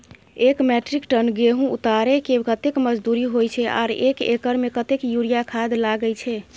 एक metric ton गेहूं उतारेके कतेक मजदूरी होय छै आर एक एकर में कतेक यूरिया खाद लागे छै?